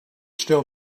still